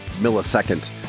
millisecond